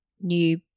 new